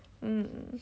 um